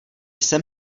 jsem